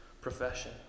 profession